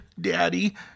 Daddy